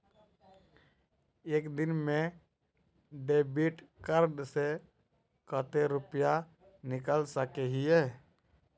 एक दिन में डेबिट कार्ड से कते रुपया निकल सके हिये?